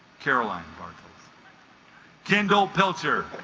caroline bartles kendall pilcher